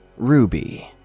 Ruby